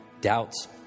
doubts